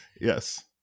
Yes